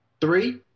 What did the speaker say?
Three